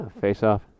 Face-Off